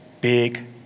big